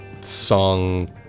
song